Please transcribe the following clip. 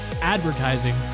ADVERTISING